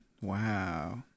Wow